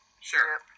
Sure